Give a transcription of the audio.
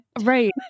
right